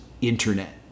internet